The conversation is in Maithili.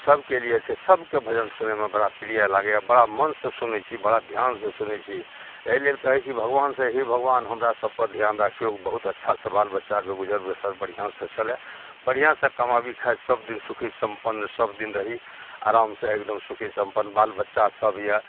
सभके लिए छै सभके भजन सुनैमे बड़ा प्रिय लागैए बड़ा मोनसे सुनै छी बड़ा धिआनसे सुनै छी एहि लेल कहै छी भगवानसे हे भगवान हमरा सभपर धिआन राखिऔ बाहुत अच्छासे बाल बच्चाके गुजर बसर बढ़िआँसे चलै बढ़िआँसे कमाबी खाइ सबदिन सुखी सम्पन्न सबदिन रही आरामसे एगदम सुखी सम्पन्न बाल बच्चासभ यऽ